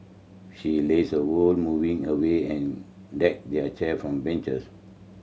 she lazed her whole morning away and deck their chair from beaches